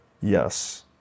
Yes